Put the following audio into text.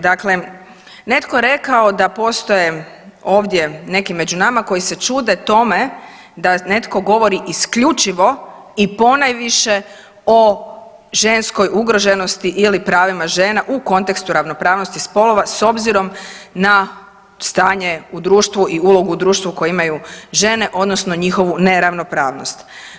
Dakle, netko je rekao da postoje ovdje neki među nama koji se čude tome da netko govori isključivo i ponajviše o ženskoj ugroženosti ili pravima žena u kontekstu ravnopravnosti spolova s obzirom na stanje u društvu i ulogu u društvu koje imaju žene odnosno njihovu neravnopravnost.